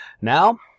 Now